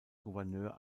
gouverneur